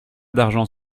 d’argent